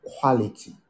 quality